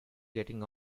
getting